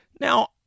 Now